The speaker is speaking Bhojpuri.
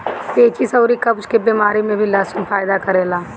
पेचिस अउरी कब्ज के बेमारी में भी लहसुन फायदा करेला